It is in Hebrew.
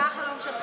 ומה החלום שלך?